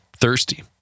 thirsty